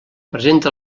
presenta